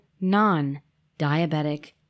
non-diabetic